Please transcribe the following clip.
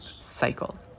cycle